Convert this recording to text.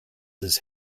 his